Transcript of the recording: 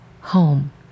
home